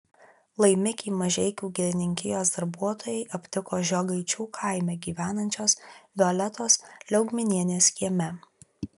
laimikį mažeikių girininkijos darbuotojai aptiko žiogaičių kaime gyvenančios violetos liaugminienės kieme